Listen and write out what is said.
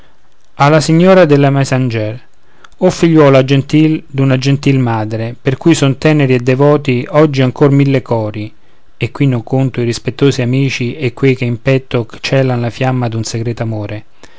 de la mésangère o figliuola gentil d'una gentile madre per cui son teneri e devoti oggi ancor mille cori e qui non conto i rispettosi amici e quei che in petto celan la fiamma d'un segreto amore